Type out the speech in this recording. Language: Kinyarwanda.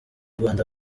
rwanda